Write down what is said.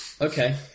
okay